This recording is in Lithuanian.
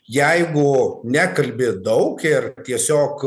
jeigu nekalbi daug ir tiesiog